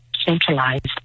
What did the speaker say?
centralized